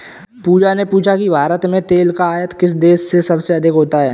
पूजा ने पूछा कि भारत में तेल का आयात किस देश से सबसे अधिक होता है?